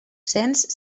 cents